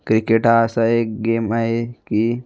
cricket हा असा एक गेम आहे की